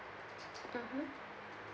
mmhmm